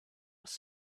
was